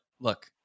look